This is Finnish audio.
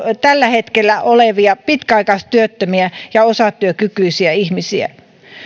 tällä hetkellä pitkäaikaistyöttömiä ja osatyökykyisiä ihmisiä